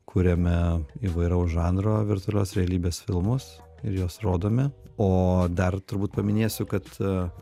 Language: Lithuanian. kuriame įvairaus žanro virtualios realybės filmus ir juos rodome o dar turbūt paminėsiu kad